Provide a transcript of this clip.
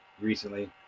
recently